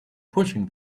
pushing